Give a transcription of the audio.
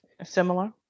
similar